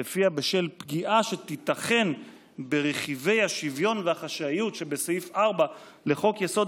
שלפיה בשל פגיעה שתיתכן ברכיבי השוויון והחשאיות שבסעיף 4 לחוק-יסוד: